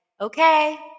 okay